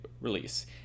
release